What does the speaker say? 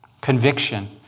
Conviction